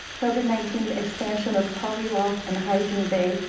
covid nineteen expansion of poly loft and hygiene bay.